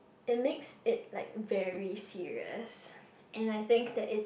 it makes it like very serious and I think that it's